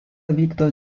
vykdo